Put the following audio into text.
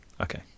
Okay